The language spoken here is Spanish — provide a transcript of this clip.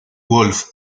wolf